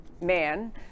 man